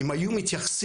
אם היו מתייחסים,